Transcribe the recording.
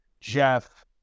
Jeff